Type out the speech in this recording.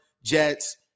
Jets